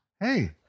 Hey